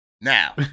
Now